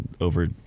over